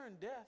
death